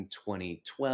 2012